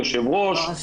יו"ר.